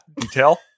detail